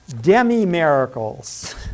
demi-miracles